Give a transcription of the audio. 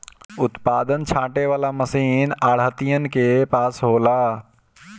उत्पादन छाँटे वाला मशीन आढ़तियन के पास होला